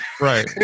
Right